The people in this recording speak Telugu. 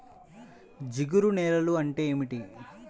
జిగురు నేలలు అంటే ఏమిటీ?